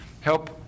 Help